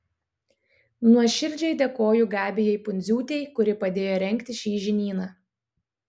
nuoširdžiai dėkoju gabijai pundziūtei kuri padėjo rengti šį žinyną